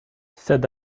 said